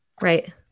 Right